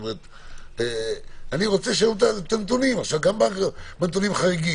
בטלפונים ראינו עלייה תלולה,